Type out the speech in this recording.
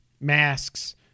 Masks